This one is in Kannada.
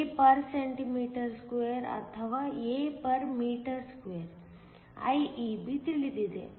ಆದ್ದರಿಂದ IEb ತಿಳಿದಿದೆ